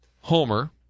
homer